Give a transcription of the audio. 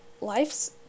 life's